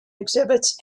exhibits